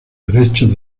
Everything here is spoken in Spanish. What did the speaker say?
derechos